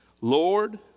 Lord